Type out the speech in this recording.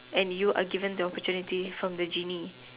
any you are given the opportunity from the Ginny